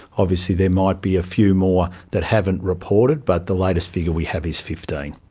obviously there might be a few more that haven't reported but the latest figure we have is fifteen.